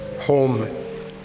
Home